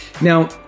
Now